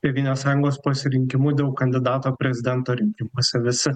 tėvynės sąjungos pasirinkimu dėl kandidato prezidento rinkimuose visi